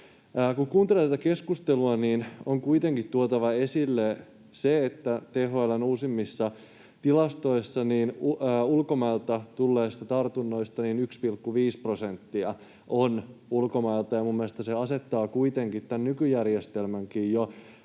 Kun kuuntelee tätä keskustelua, niin on kuitenkin tuotava esille se, että THL:n uusimmissa tilastoissa 1,5 prosenttia tartunnoista on ulkomailta, ja minun mielestäni se asettaa kuitenkin tämän nykyjärjestelmänkin jo